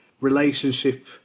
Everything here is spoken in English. relationship